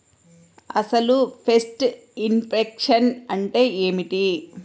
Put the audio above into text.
అసలు pest infection అంటే ఏమిటి?